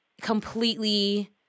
completely